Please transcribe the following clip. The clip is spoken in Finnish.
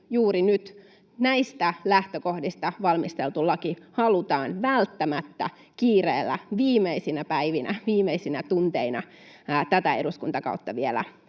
juuri nyt näistä lähtökohdista valmisteltu laki halutaan välttämättä kiireellä vielä viedä lävitse viimeisinä päivinä, viimeisinä tunteina, tätä eduskuntakautta. Eli